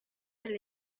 del